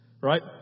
Right